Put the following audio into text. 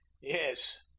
Yes